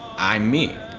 i am me.